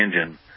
engine